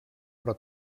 però